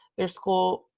their school,